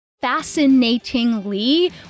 Fascinatingly